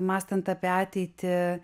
mąstant apie ateitį